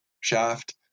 shaft